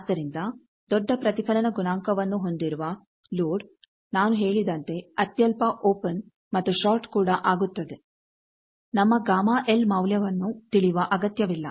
ಆದ್ದರಿಂದ ದೊಡ್ಡ ಪ್ರತಿಫಲನ ಗುಣಾಂಕವನ್ನು ಹೊಂದಿರುವ ಲೋಡ್ ನಾನು ಹೇಳಿದಂತೆ ಅತ್ಯಲ್ಪ ಓಪೆನ್ ಮತ್ತು ಷಾರ್ಟ್ ಕೂಡ ಆಗುತ್ತದೆ ನಮ್ಮ Γ L ಮೌಲ್ಯವನ್ನು ತಿಳಿಯುವ ಅಗತ್ಯವಿಲ್ಲ